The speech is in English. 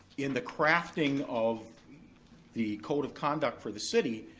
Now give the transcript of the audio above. in the crafting of the code of conduct for the city,